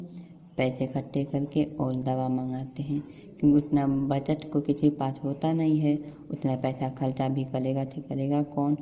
पैसे इकट्ठे करके और दवा मांगाते हैं क्योंकि इतना बजट तो किसी के पास होता नहीं है उतना पैसा खर्चा भी करेगा तो करेगा कौन